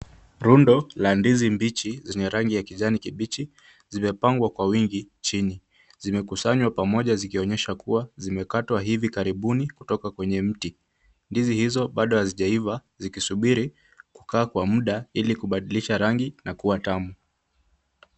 Rundo la ndizi mbichi zenye rangi ya kijani kibichi zimepangwa kwa wingi chini. Zimekusanywa pamoja zikionyesha kuwa zimekatwa hivi karibuni kutoka kwenye mti. Ndizi hizo bado hazijaiva zikisubiri kukaa kwa mda ili kubadilisha rangi na kuwa tamu.